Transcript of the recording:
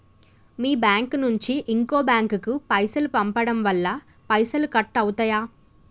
మీ bank నుంచి ఇంకో bank కు పైసలు పంపడం వల్ల పైసలు కట్ అవుతయా?